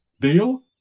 Deal